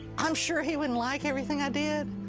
i'm sure he wouldn't like everything i did,